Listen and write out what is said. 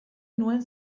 nuen